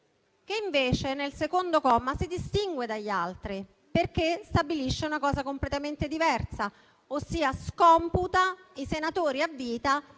che invece, nel secondo comma, si distingue dagli altri, perché stabilisce una cosa completamente diversa, ossia scomputa i senatori a vita